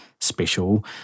special